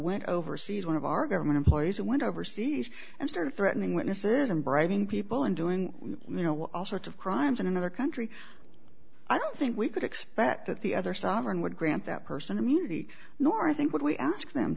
went overseas one of our government employees who went overseas and started threatening witnesses and bribing people and doing you know all sorts of crimes in another country i don't think we could expect that the other sovereign would grant that person immunity nor i think when we ask them